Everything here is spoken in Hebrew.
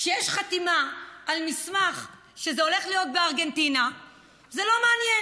כשיש חתימה על מסמך שזה הולך להיות בירושלים זה לא מעניין.